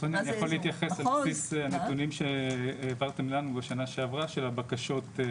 אני יכול להתייחס לפי הנתונים שהעברתם לנו בשנה שעברה של הבקשות.